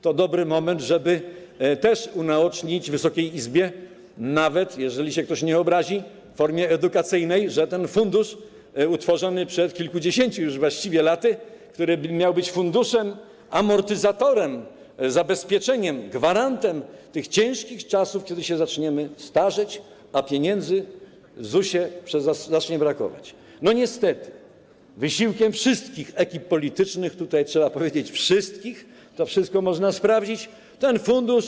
To dobry moment, żeby też unaocznić Wysokiej Izbie, nawet, jeżeli ktoś się nie obrazi, w formie edukacyjnej, że ten fundusz, utworzony przed kilkudziesięciu już właściwie laty, który miał być funduszem amortyzatorem, zabezpieczeniem, gwarantem na te ciężkie czasy, kiedy zaczniemy się starzeć, a pieniędzy w ZUS-ie zacznie brakować, niestety „wysiłkiem” wszystkich ekip politycznych - tutaj trzeba powiedzieć: wszystkich, to wszystko można sprawdzić - ten fundusz.